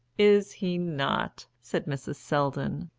is he not? said mrs. selldon,